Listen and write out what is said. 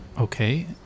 Okay